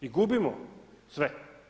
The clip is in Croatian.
I gubimo sve.